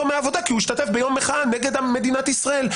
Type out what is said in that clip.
מהעבודה כי הוא השתתף ביום מחאה נגד מדינת ישראל.